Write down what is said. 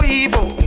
evil